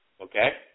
Okay